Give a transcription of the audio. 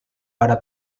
pada